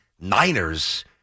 Niners